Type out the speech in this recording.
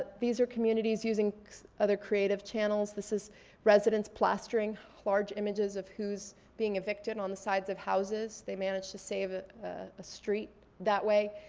these are communities using other creative channels. this is residents plastering large images of who's being evicted on the sides of houses. they managed to save a street that way.